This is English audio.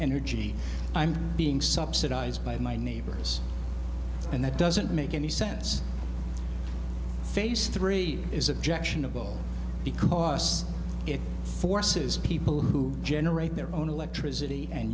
energy i'm being subsidized by my neighbors and that doesn't make any sense phase three is objectionable because it forces people who generate their own electricity and